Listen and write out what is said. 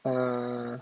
err